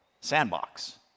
sandbox